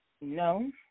No